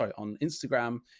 on instagram,